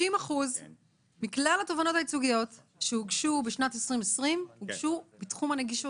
50% מכלל התובענות הייצוגיות שהוגשו בשנת 2020 הוגשו בתחום הנגישות,